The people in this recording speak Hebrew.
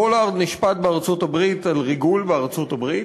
פולארד נשפט בארצות-הברית על ריגול בארצות-הברית,